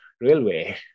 Railway